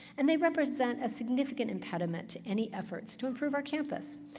and they represent a significant impediment to any efforts to improve our campus.